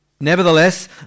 Nevertheless